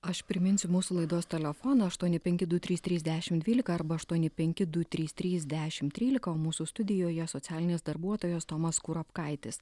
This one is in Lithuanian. aš priminsiu mūsų laidos telefoną aštuoni penki du trys trys dešim dvylika arba aštuoni penki du trys trys dešim trylika o mūsų studijoje socialinis darbuotojas tomas kurapkaitis